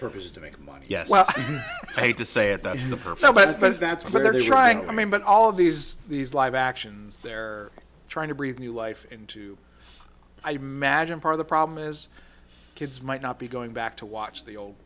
purpose to make money yes well i hate to say it that in the performance but that's what they're trying i mean but all of these these live actions they're trying to breathe new life into i imagine part of the problem is kids might not be going back to watch the old